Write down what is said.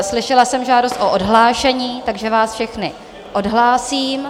Slyšela jsem žádost o odhlášení, takže vás všechny odhlásím.